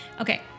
okay